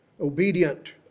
obedient